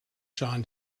john